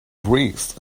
breathed